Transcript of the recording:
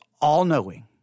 all-knowing